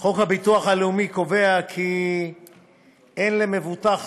חוק הביטוח הלאומי קובע כי אין למבוטח